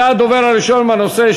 אתה הדובר הראשון בנושא,